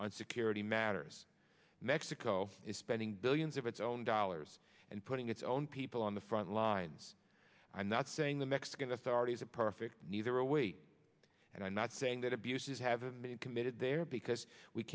on security matters mexico is spending billions of its own dollars and putting its own people on the front lines i'm not saying the mexican authorities a perfect neither a way and i'm not saying that abuses haven't been committed there because we